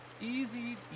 Easy